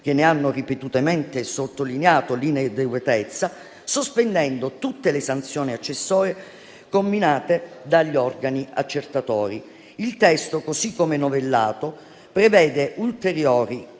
che ne hanno ripetutamente sottolineato l'inadeguatezza, sospendendo tutte le sanzioni accessorie, combinate dagli organi accertatori. Il testo, così come novellato, prevede ulteriori